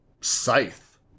scythe